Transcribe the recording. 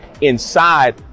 inside